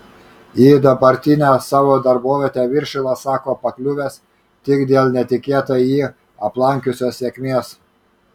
į dabartinę savo darbovietę viršilas sako pakliuvęs tik dėl netikėtai jį aplankiusios sėkmės